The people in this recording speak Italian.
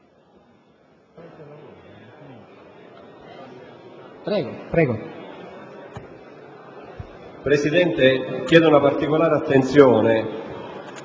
Presidente, chiedo una particolare attenzione